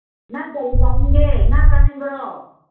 ꯅꯪ ꯀꯔꯤ ꯆꯥꯅꯤꯡꯒꯦ ꯉꯥ ꯆꯥꯅꯤꯡꯕꯔꯣ